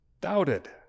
doubted